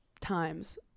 times